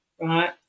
right